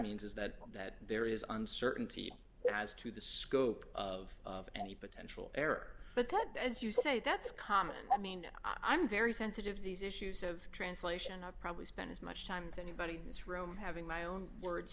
means is that that there is uncertainty as to the scope of any potential error but that as you say that's common i mean i'm very sensitive these issues of translation i've probably spent as much time as anybody in this room having my own words